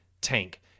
tank